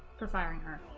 for firing her